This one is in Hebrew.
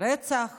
רצח